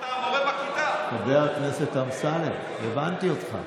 חבר הכנסת אמסלם, קריאה ראשונה.